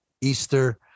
Easter